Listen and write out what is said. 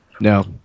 No